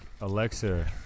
Alexa